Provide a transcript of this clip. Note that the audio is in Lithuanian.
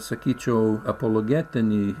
sakyčiau apologetinį